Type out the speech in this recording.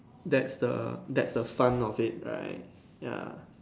that's the that's the fun of it right ya